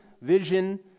vision